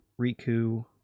Riku